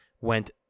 went